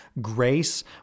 grace